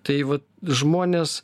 tai vat žmonės